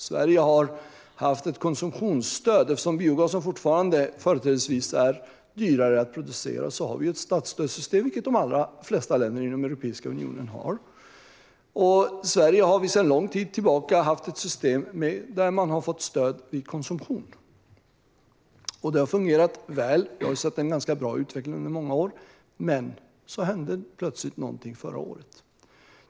Sverige har haft ett konsumtionsstöd. Eftersom biogas fortfarande företrädesvis är dyrare att producera har vi ett statsstödssystem, vilket de allra flesta länder i Europeiska unionen har. I Sverige har vi sedan lång tid tillbaka haft ett system där man har fått stöd vid konsumtion. Det har fungerat väl, och vi har sett en bra utveckling under många år. Men förra året hände plötsligt något.